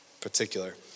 particular